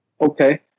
okay